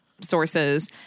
sources